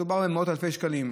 מדובר במאות אלפי שקלים.